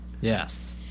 Yes